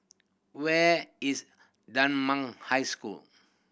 where is Dunman High School